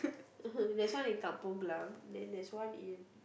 there's one in Kampung Glam then there's one in